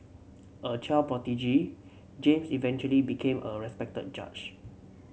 a child prodigy James eventually became a respected judge